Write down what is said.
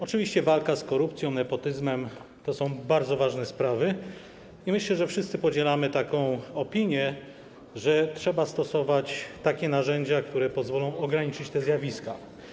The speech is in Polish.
Oczywiście walka z korupcją, nepotyzmem to są bardzo ważne sprawy i myślę, że wszyscy podzielamy taką opinię, że trzeba stosować takie narzędzia, które pozwolą ograniczyć te zjawiska.